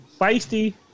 Feisty